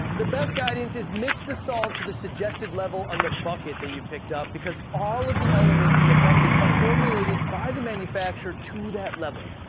the best guidance is, mix the salt to the suggested level on the bucket that you picked up because all of the elements in the bucket are formulated by the manufacturer to that level.